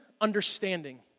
understanding